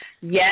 Yes